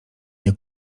nie